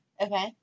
Okay